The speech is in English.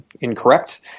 incorrect